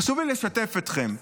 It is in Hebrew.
חשוב לי לשתף אתכם.